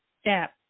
step